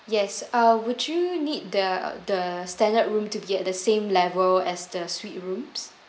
yes uh would you need the the standard room to get the same level as the suite rooms